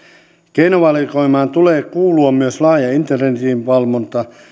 keinovalikoimaan tulee kuulua myös laaja internetin valvonta